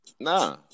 Nah